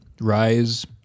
Rise